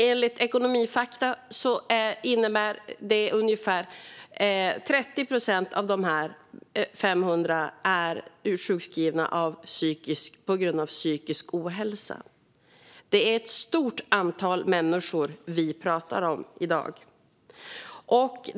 Enligt Ekonomifakta är det ungefär 30 procent av dessa 500 som blir sjukskrivna på grund av psykisk ohälsa. Det är ett stort antal människor vi talar om i dag.